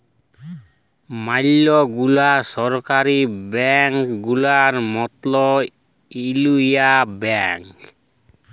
ম্যালা গুলা সরকারি ব্যাংক গুলার মতল ইউলিয়াল ব্যাংক